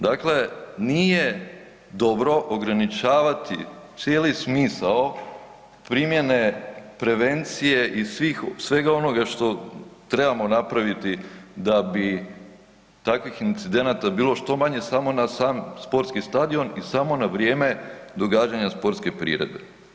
Dakle, nije dobro ograničavati cijeli smisao primjene prevencije i svih, svega onoga što trebamo napraviti da bi takvih incidenata bilo što manje samo na sam sportski stadion i samo na vrijeme događanja sportske priredbe.